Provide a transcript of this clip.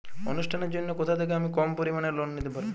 অনুষ্ঠানের জন্য কোথা থেকে আমি কম পরিমাণের লোন নিতে পারব?